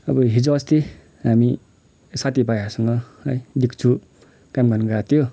अब हिजो अस्ति हामी साथीभाइहरूसँग है डिक्चु काम गर्न गाको थियौँ